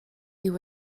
you